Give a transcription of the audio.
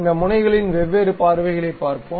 இந்த முனைகளின் வெவ்வேறு பார்வைகளைப் பார்ப்போம்